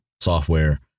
software